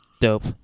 dope